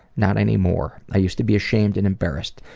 not any more. i used to be ashamed and embarrassed,